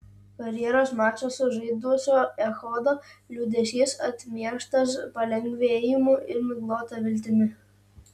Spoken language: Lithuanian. karjeros mačą sužaidusio echodo liūdesys atmieštas palengvėjimu ir miglota viltimi